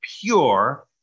pure